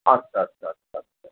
আচ্ছা আচ্ছা আচ্ছা আচ্ছা